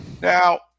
Now